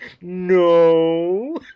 No